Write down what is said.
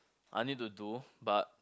I need to do but